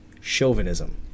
chauvinism